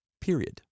Period